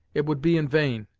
it would be in vain,